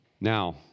Now